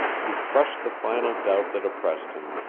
he crushed the final doubt that oppressed him,